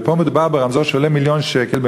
ופה מדובר ברמזור שעולה מיליון שקל,